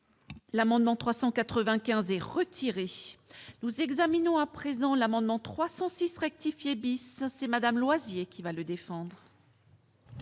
L'amendement 395 et retiré, nous examinons à présent l'amendement 306 rectifier bis c'est Madame Loisy et qui va le défendre.